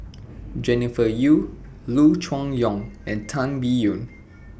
Jennifer Yeo Loo Choon Yong and Tan Biyun